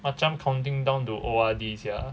macam counting down to O_R_D sia